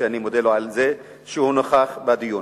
שאני מודה לו על זה שהוא נוכח בדיון.